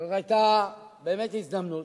זאת היתה באמת הזדמנות.